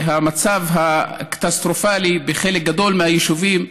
המצב קטסטרופלי בחלק גדול מהיישובים,